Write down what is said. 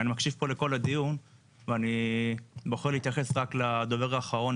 אני מקשיב פה לכל הדיון ואני בוחר להתייחס רק לדובר האחרון,